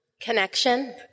Connection